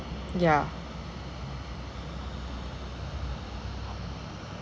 yeah